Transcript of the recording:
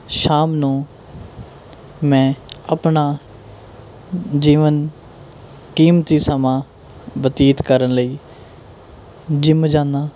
ਸ਼ਾਮ ਨੂੰ ਮੈਂ ਆਪਣਾ ਜੀਵਨ ਕੀਮਤੀ ਸਮਾਂ ਬਤੀਤ ਕਰਨ ਲਈ ਜਿੰਮ ਜਾਂਦਾ